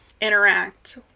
interact